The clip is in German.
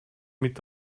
mit